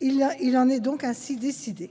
Il en est ainsi décidé.